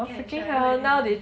can travel